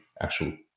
actual